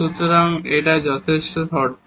সুতরাং এখানে এটা যথেষ্ট শর্ত